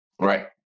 right